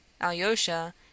Alyosha